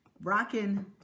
rocking